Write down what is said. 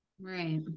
Right